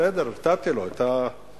בסדר, נתתי לו את הקרדיט.